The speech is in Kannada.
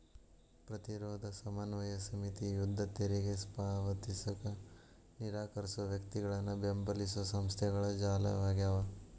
ಪ್ರತಿರೋಧ ಸಮನ್ವಯ ಸಮಿತಿ ಯುದ್ಧ ತೆರಿಗೆ ಪಾವತಿಸಕ ನಿರಾಕರ್ಸೋ ವ್ಯಕ್ತಿಗಳನ್ನ ಬೆಂಬಲಿಸೊ ಸಂಸ್ಥೆಗಳ ಜಾಲವಾಗ್ಯದ